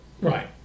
Right